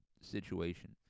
situation